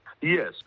Yes